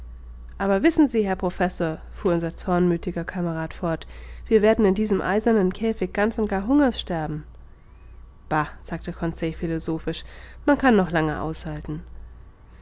aber wissen sie herr professor fuhr unser zornmüthiger kamerad fort wir werden in diesem eisernen käfig ganz und gar hungers sterben bah sagte conseil philosophisch man kann noch lange aushalten